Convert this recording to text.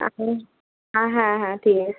এখন হ্যাঁ হ্যাঁ হ্যাঁ ঠিক আছে